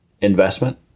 investment